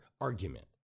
argument